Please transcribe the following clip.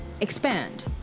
expand